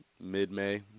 mid-May